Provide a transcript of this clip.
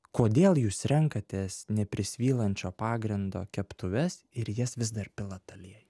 kodėl jūs renkatės neprisvylančio pagrindo keptuves ir į jas vis dar pilat aliejų